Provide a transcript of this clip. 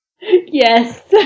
Yes